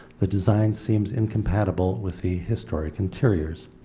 the design seems incompatible with the historic interiors.